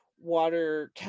water